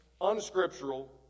unscriptural